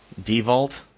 Devault